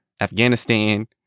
Afghanistan